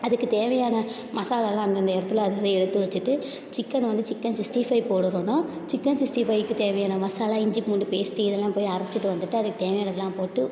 அதுக்கு தேவையான மசாலாலாம் அந்தந்த இடத்துல அதை அதை எடுத்து வச்சிட்டு சிக்கனை வந்து சிக்கன் சிஸ்ட்டி ஃபை போடணுன்னால் சிக்கன் சிஸ்ட்டி ஃபைவுக்கு தேவையான மசாலா இஞ்சி பூண்டு பேஸ்ட்டு இதெல்லாம் போய் அரைச்சிட்டு வந்துட்டு அதுக்கு தேவையானதுலாம் போட்டு